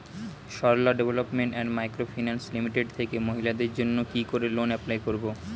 Sarala development and micro finance limited থেকে মহিলাদের জন্য কি করে লোন এপ্লাই করব?